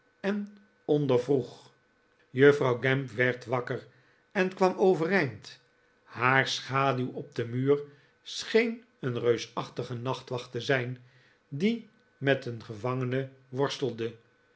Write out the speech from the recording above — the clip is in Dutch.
en ondervroeg juffrouw gamp werd wakker en kwam overeind haar schaduw op den muur scheen een reusachtige nachtwacht te zijn die met een gevangene worstelde